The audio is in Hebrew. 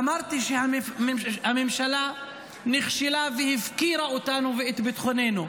אמרתי שהממשלה נכשלה והפקירה אותנו ואת ביטחוננו.